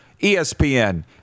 ESPN